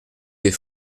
des